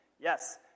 Yes